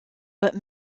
but